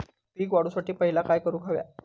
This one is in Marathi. पीक वाढवुसाठी पहिला काय करूक हव्या?